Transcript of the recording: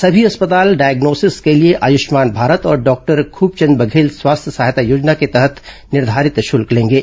सभी अस्पताल डायग्नोसिस के लिए आयुष्मान भारत और डॉक्टर खूबचंद बघेल स्वास्थ्य सहायता योजना के तहत निर्धारित शुल्क लेंगे